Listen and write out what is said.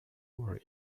were